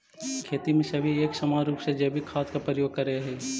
खेती में सभी एक समान रूप से जैविक खाद का प्रयोग करियह